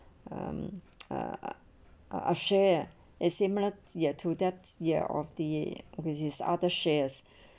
um uh uh share is similar to the ya of the with these other shares